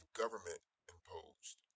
government-imposed